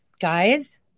guys